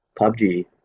PUBG